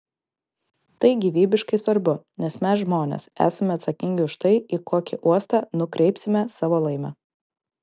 tai gyvybiškai svarbu nes mes žmonės esame atsakingi už tai į kokį uostą nukreipsime savo laivą